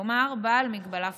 כלומר בעל מגבלה פיזית.